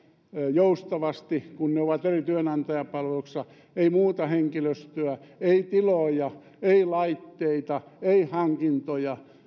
joustavasti kun he ovat eri työnantajan palveluksessa ei muuta henkilöstöä ei tiloja ei laitteita ei hankintoja